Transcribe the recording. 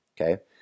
Okay